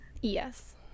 Yes